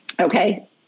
Okay